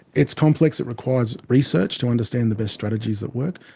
its complex, it requires research to understand the best strategies that work,